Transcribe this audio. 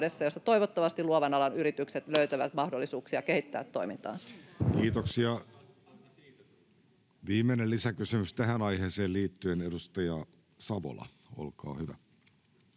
avulla toivottavasti luovan alan yritykset löytävät mahdollisuuksia kehittää toimintaansa. Kiitoksia. — Viimeinen lisäkysymys tähän aiheeseen liittyen, edustaja Savola, olkaa hyvä.